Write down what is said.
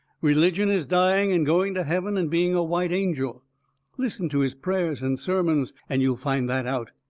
religion is dying and going to heaven and being a white angel listen to his prayers and sermons and you'll find that out.